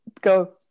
go